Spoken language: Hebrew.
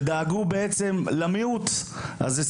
שבהן דאגו למיעוט ושמרו על זכויותיו.